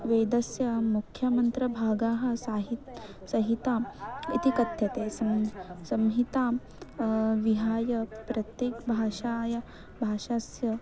वेदस्य मुख्यमन्त्रभागाः साहि संहिताम् इति कथ्यते संहितां विहाय प्रत्येकभाषायाः भाषस्य